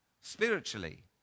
spiritually